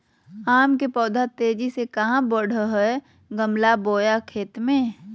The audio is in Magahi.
आम के पौधा तेजी से कहा बढ़य हैय गमला बोया खेत मे?